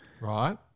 right